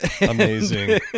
Amazing